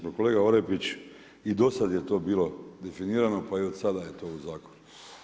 Pa kolega Orepić i do sada je to bilo definirano pa i od sada je to u zakonu.